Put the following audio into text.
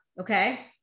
okay